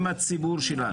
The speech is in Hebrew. עם הציבור שלנו.